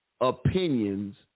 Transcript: opinions